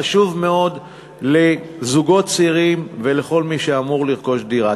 חשוב מאוד לזוגות צעירים ולכל מי שאמור לרכוש דירה.